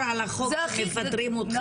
על החוק כי מפטרים אתכם כל חודשי הקיץ.